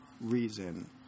reason